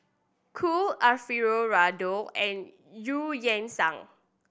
Cool Alfio Raldo and Eu Yan Sang